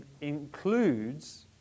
includes